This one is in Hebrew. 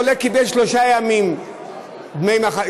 חולה קיבל שלושה ימים דמי מחלה,